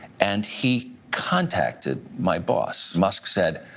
and he contacted my boss. musk said,